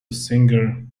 singer